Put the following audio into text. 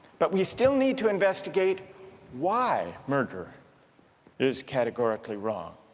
but we still need to investigate why murder is categorically wrong.